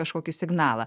kažkokį signalą